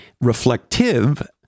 Reflective